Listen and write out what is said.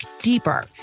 deeper